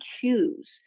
choose